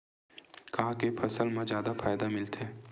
का के फसल मा जादा फ़ायदा मिलथे?